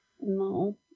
No